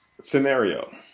scenario